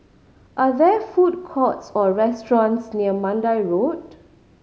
are there food courts or restaurants near Mandai Road